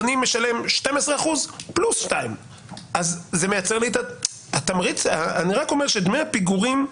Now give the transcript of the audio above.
משלם 12% פלוס 2%. אני רק אומר שדמי הפיגורים,